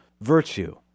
virtue